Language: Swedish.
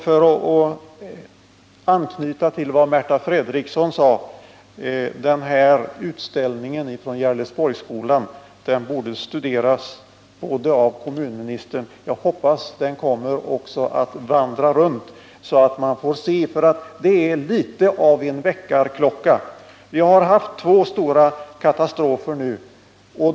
För att knyta an till vad Märta Fredrikson sade: Utställningen från Gerlesborgsskolan borde studeras av kommunministern. Jag hoppas att den också kommer att vandra runt. Vi har nu haft två stora katastrofer.